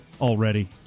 already